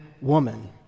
woman